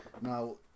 Now